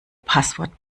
passwort